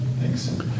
Thanks